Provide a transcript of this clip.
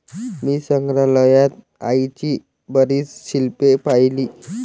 मी संग्रहालयात आईची बरीच शिल्पे पाहिली